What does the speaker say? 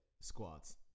squats